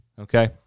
okay